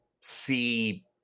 see